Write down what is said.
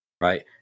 Right